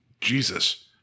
Jesus